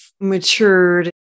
matured